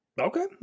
Okay